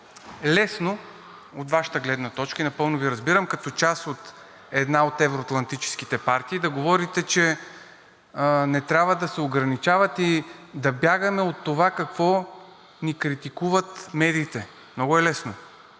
е лесно от Вашата гледна точка и напълно Ви разбирам, като част от една от евро-атлантическите партии да говорите, че не трябва да се ограничават и да бягаме от това какво ни критикуват медиите. Много е лесно,